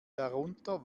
darunter